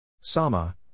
Sama